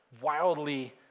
wildly